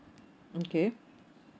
okay